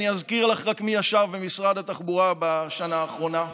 אני אזכיר לך רק מי ישב במשרד התחבורה בשנה האחרונה.